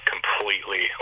Completely